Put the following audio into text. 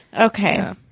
okay